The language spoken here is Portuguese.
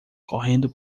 correndo